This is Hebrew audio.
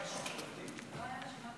והגנת הסביבה.